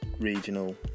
regional